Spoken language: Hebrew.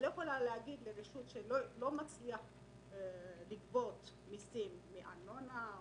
אני לא יכולה להגיד לרשות שלא מצליחה לגבות מסים מארנונה,